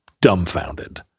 dumbfounded